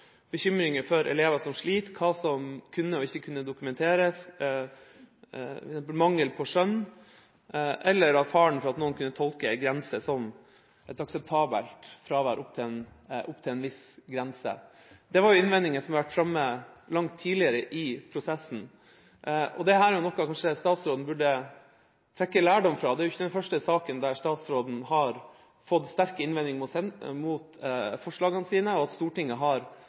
bekymringer for elever som sliter, hva som kunne og ikke kunne dokumenteres, mangel på skjønn, eller faren for at noen kunne tolke en grense som et akseptabelt fravær opp til en viss grense. Det er innvendinger som har vært framme langt tidligere i prosessen. Dette er noe statsråden burde trekke lærdom av. Det er ikke den første saken der statsråden har fått sterke innvendinger mot forslagene sine, og at Stortinget har